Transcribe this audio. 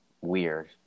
weird